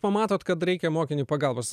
pamatot kad reikia mokiniui pagalbos